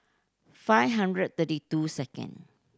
five hundred thirty two second